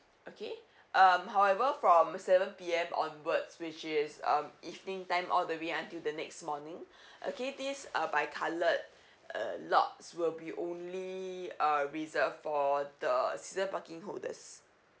okay um however from seven P_M onwards which is um evening time all the way until the next morning okay this uh bicolored err lots will be only uh reserved for the resident parking holders